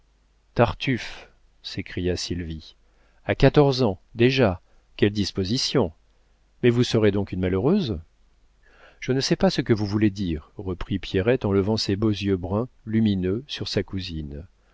tartufe s'écria sylvie a quatorze ans déjà quelles dispositions mais vous serez donc une malheureuse je ne sais pas ce que vous voulez dire reprit pierrette en levant ses beaux yeux bruns lumineux sur sa cousine